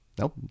Nope